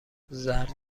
زرد